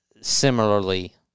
similarly